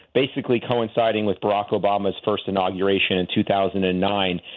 basically coinciding with barack obama's first inauguration in two thousand and nine,